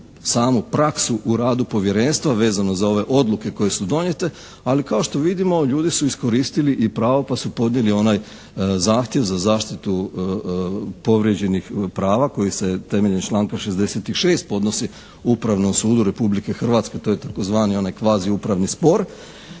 samu praksu u radu povjerenstva vezano za ove odluke koje su donijete, ali kao što vidimo ljudi su iskoristili i pravo pa su podnijeli onaj zahtjev za zaštitu povrijeđenih prava koji se temeljem članka 66. podnosi Upravnom sudu Republike Hrvatske, to je tzv. onaj kvazi upravni spor,